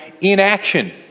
inaction